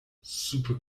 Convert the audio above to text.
super